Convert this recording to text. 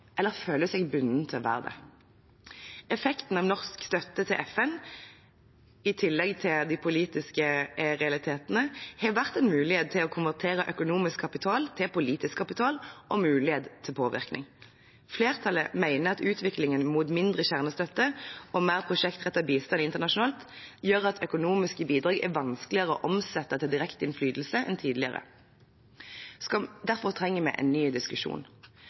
eller føler seg bundet til å være det. Effekten av norsk støtte til FN, i tillegg til de politiske realitetene, har vært en mulighet til å konvertere økonomisk kapital til politisk kapital og mulighet til påvirkning. Flertallet mener at utviklingen mot mindre kjernestøtte og mer prosjektrettet bistand internasjonalt gjør at økonomiske bidrag er vanskeligere å omsette til direkte innflytelse enn tidligere. Derfor trenger vi en ny diskusjon.